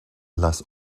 las